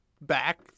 back